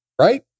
right